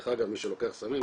דרך אגב מי שלוקח סמים,